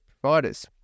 providers